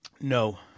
no